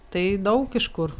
tai daug iš kur